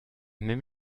même